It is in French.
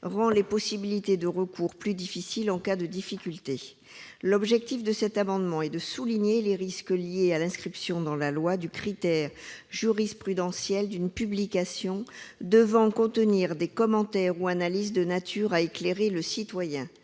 rend les possibilités de recours plus difficiles en cas de difficulté. L'objet de l'amendement est de souligner les risques liés à l'inscription dans la loi du critère jurisprudentiel d'une publication devant contenir des commentaires ou analyses de nature à « éclairer le jugement